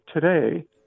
today